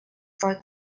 for